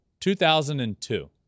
2002